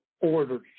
orders